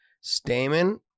Stamen